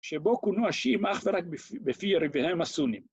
שבו כונו השיעים אך ורק בפי יריביהם הסונים.